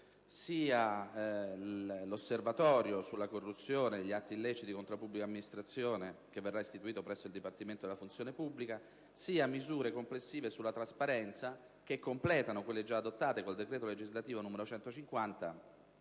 sia l'osservatorio sulla corruzione e sugli atti illeciti contro la pubblica amministrazione, che verrà istituito presso il Dipartimento della funzione pubblica, nonché misure complessive sulla trasparenza, che completano quelle già adottate con il citato decreto legislativo n. 150,